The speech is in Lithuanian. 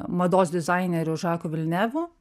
mados dizaineriu žaku vilnevu